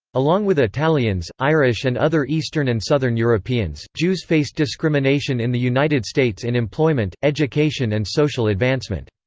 along with italians, irish and other eastern and southern europeans, jews faced discrimination in the united states in employment, education and social advancement.